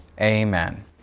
amen